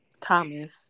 Thomas